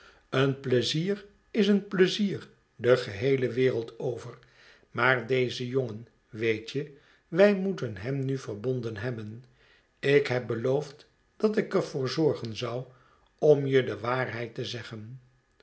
pleizier is een pleizier de geheeie wereld over maar deze jongen weet je wij rnoeten hem nu verbonden hebben ik heb beloofd dat ik er voor zorgen zou om je de waarheid te zeggen